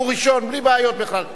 הוא ראשון נרשם.